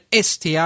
STR